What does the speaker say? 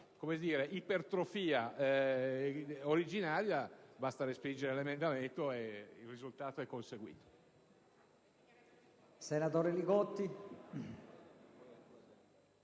nella sua ipertrofia originaria, basta respingere l'emendamento ed il risultato è conseguito.